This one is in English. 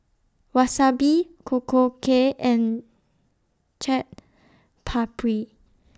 Wasabi Korokke and Chaat Papri